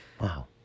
Wow